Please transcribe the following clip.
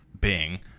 Bing